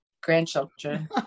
grandchildren